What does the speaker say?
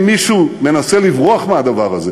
אם מישהו מנסה לברוח מהדבר הזה,